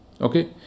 Okay